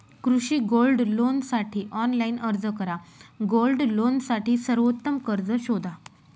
कृषी गोल्ड लोनसाठी ऑनलाइन अर्ज करा गोल्ड लोनसाठी सर्वोत्तम कर्ज शोधा